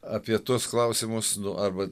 apie tuos klausimus nu arba